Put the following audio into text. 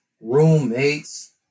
roommates